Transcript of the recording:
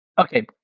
Okay